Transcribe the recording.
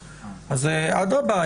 אדרבה,